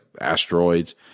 asteroids